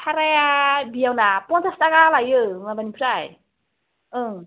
भाराया बियावना पन्सास थाखा लायो माबानिफ्राय ओं